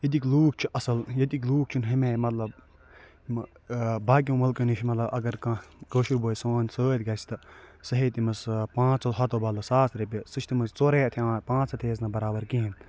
ییٚتِکۍ لوٗکھ چھِ اَصٕل ییٚتِکۍ لوٗکھ چھِنہٕ ہُمہِ آیہِ مطلب یِمہٕ باقِیو مُلکَو نِش مطلب اگر کانٛہہ کٲشُر بوے سون سۭتۍ گژھِ تہٕ سُہ ہیٚیہِ تٔمس سُہ پانٛژَو ہَتَو بدلہٕ ساس رۄپیہِ سُہ چھِ تٔمِس ژۄرَے ہَتھ ہٮ۪وان پانٛژھ ہَتھ ہیٚیَس نہٕ برابر کِہیٖنۍ